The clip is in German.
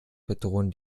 bedrohen